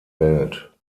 welt